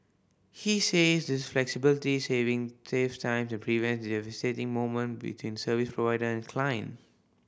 he says this flexibility saving saves time and prevents devastating moment between service provider and client